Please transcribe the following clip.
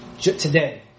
today